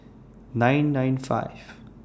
nine nine five